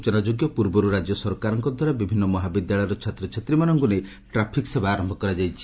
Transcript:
ସୂଚନାଯୋଗ୍ୟ ପୂର୍ବରୁ ରାକ୍ୟ ସରକାରଙ୍କଦ୍ୱାରା ବିଭିନ୍ନ ମହାବିଦ୍ୟାଳୟର ଛାତ୍ରଛାତ୍ରୀମାନଙ୍କୁ ନେଇ ଟ୍ରାଫିକ୍ ସେବା ଆର କରାଯାଇଛି